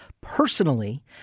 personally